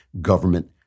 government